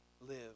live